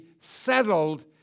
settled